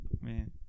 Man